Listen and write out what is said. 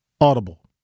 audible